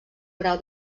grau